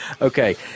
Okay